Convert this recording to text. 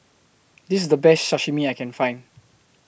This IS The Best Sashimi that I Can Find